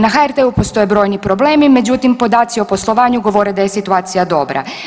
Na HRT-u postoje brojni problemi, međutim podaci o poslovanju govore da je situacija dobra.